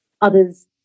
others